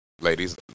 ladies